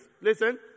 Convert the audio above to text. Listen